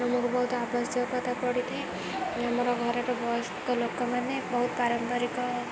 ଆମକୁ ବହୁତ ଆବଶ୍ୟକତା ପଡ଼ିଥାଏ ଆମର ଘରର ବୟସ୍କ ଲୋକମାନେ ବହୁତ ପାରମ୍ପାରିକ